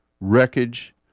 wreckage